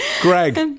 Greg